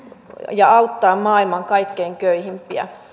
ja auttaa maailman kaikkein köyhimpiä